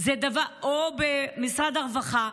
או במשרד הרווחה,